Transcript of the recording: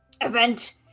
event